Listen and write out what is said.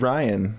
Ryan